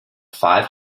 five